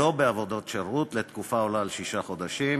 שלא בעבודת שירות, לתקופה העולה על שישה חודשים,